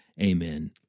Amen